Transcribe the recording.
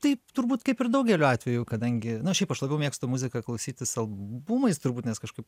taip turbūt kaip ir daugeliu atveju kadangi na šiaip aš labiau mėgstu muziką klausytis albumais turbūt nes kažkaip